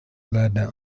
ladder